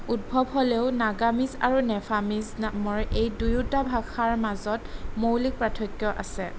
উদ্ভৱ হ'লেও নাগামিজ আৰু নেফামিজ নামৰ এই দুয়োটা ভাষাৰ মাজত মৌলিক পাৰ্থক্য আছে